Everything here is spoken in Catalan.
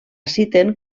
citen